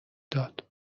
داد